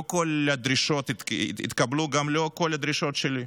לא כל הדרישות התקבלו, גם לא כל הדרישות שלי.